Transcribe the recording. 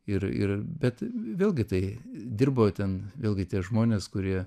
ir ir bet vėlgi tai dirbo ten ilgai tie žmonės kurie